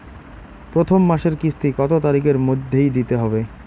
প্রথম মাসের কিস্তি কত তারিখের মধ্যেই দিতে হবে?